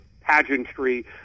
pageantry